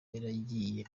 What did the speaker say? yaragiye